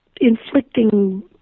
inflicting